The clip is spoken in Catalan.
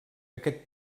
aquest